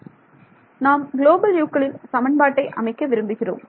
எனவே நாம் global U க்களில் சமன்பாட்டை அமைக்க விரும்புகிறோம்